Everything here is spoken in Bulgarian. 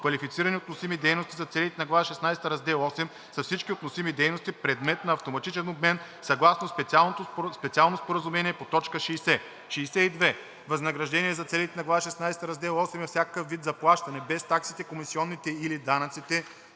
„Квалифицирани относими дейности“ за целите на глава шестнадесета, раздел VIII са всички относими дейности, предмет на автоматичен обмен съгласно специално споразумение по т. 60. 62. „Възнаграждение“ за целите на глава шестнадесета, раздел VIII е всякакъв вид заплащане, без таксите, комисионите или данъците,